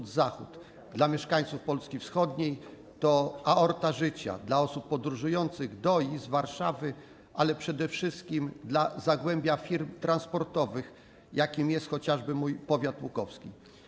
Dla mieszkańców Polski Wschodniej to aorta życia, dla osób podróżujących do i z Warszawy, ale przede wszystkim dla zagłębia firm transportowych, jakim jest chociażby mój powiat łukowski.